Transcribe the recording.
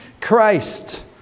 Christ